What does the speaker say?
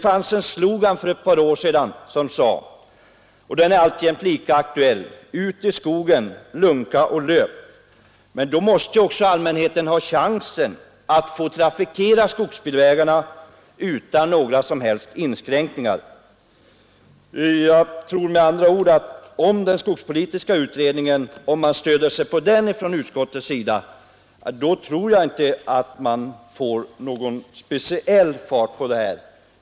För ett par år sedan lanserades en slogan som alltjämt är lika aktuell: ”Ut i skogen — lunka och löp! ” Men då måste ju också allmänheten ha chansen att få trafikera skogsbilvägarna utan några som helst inskränkningar. Om utskottet stöder sig på den skogspolitiska utredningen tror jag inte att man får någon speciell fart på detta.